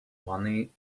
money